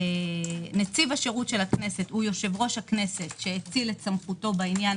נציב השירות של הכנסת הוא יושב-ראש הכנסת שהאציל סמכותו בעניין